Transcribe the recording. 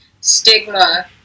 stigma